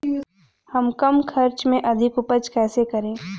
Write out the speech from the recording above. हम कम खर्च में अधिक उपज कैसे करें?